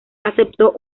aceptó